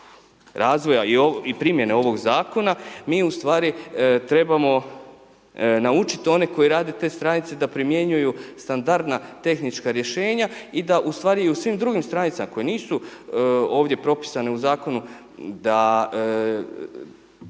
razvoja i primjene ovog zakona, mi ustvari trebamo naučiti one koje rade te stranice da primjenjuju standardna tehnička rješenja i da u stvari u svih drugim stranicama koje nisu ovdje propisane u zakonu, da